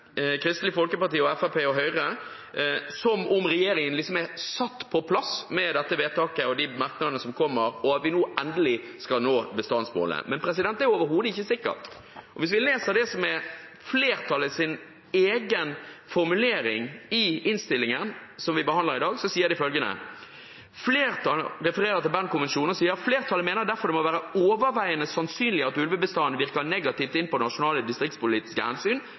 Kristelig Folkeparti, Fremskrittspartiet og Høyre som om regjeringen liksom er satt på plass med dette vedtaket og de merknadene som kommer, og at vi nå endelig skal nå bestandsmålet. Men det er overhodet ikke sikkert. Hvis vi leser det som er flertallets egen formulering i innstillingen som vi behandler i dag, så refererer de til Bern-konvensjonen og sier følgende: «Flertallet mener derfor det må være overveiende sannsynlig at ulvebestanden virker negativt inn på nasjonale distriktspolitiske hensyn